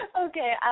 Okay